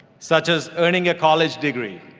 such as earning a college degree.